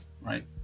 right